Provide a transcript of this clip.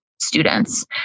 students